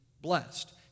blessed